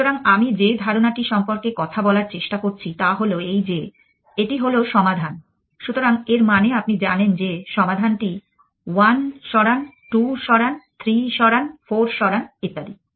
সুতরাং আমি যে ধারণাটি সম্পর্কে কথা বলার চেষ্টা করছি তা হল এই যে এটি হল সমাধান সুতরাং এর মানে আপনি জানেন যে সমাধানটি 1 সরান 2 সরান 3 সরান 4 সরান ইত্যাদি